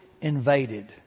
invaded